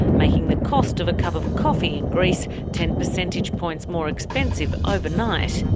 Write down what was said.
making the cost of a cup of coffee in greece ten percentage points more expensive overnight.